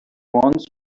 once